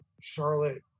Charlotte